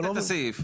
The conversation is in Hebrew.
אתה ראית את הסעיף.